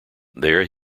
there